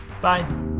Bye